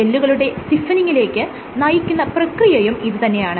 ജെല്ലുകളുടെ സ്റ്റിഫെനിങിലേക്ക് നയിക്കുന്ന പ്രക്രിയയും ഇത് തന്നെയാണ്